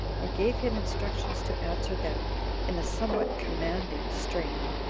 and gave him instructions to answer them in a somewhat commanding strain,